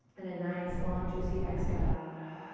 and a nice, long, juicy exhale out.